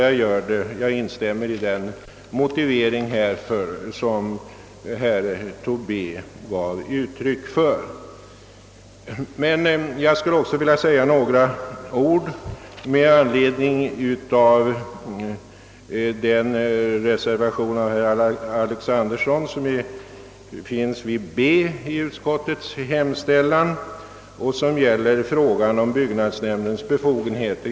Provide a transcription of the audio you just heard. Jag instämmer i den motivering härför som herr Tobé gav uttryck för. Jag skulle också vilja säga några ord med anledning av den reservation av herr Alexanderson m.fl. som finns vid B i utskottets hemställan och som gäller frågan om byggnadsnämndens befogenheter.